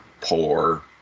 poor